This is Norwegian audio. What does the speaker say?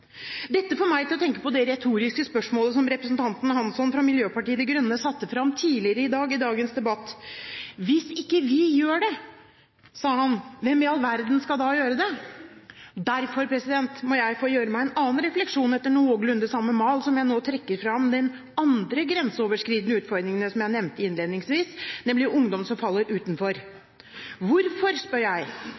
Dette får meg til å tenke på det retoriske spørsmålet som representanten Hansson fra Miljøpartiet De Grønne satte fram tidligere i dagens debatt: «Hvis ikke vi gjør det, hvem i all verden skal da gjøre det?» Derfor må jeg få gjøre meg en annen refleksjon etter noenlunde samme mal, når jeg nå trekker fram de andre grenseoverskridende utfordringene som jeg nevnte innledningsvis, nemlig ungdom som faller utenfor. Hvorfor, spør jeg,